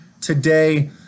today